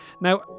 Now